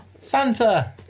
Santa